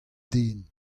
den